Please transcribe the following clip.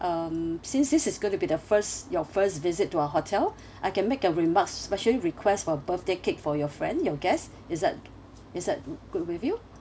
um since this is going to be the first your first visit to our hotel I can make a remark specially request for birthday cake for your friend your guest is that is that good with you